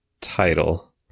title